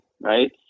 Right